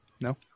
No